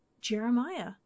Jeremiah